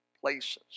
places